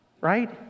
right